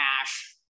cash